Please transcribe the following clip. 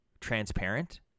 transparent